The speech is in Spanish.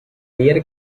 ayer